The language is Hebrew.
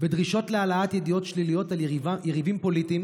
ודרישות להעלאת ידיעות שליליות על יריבים פוליטיים